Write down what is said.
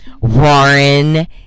Warren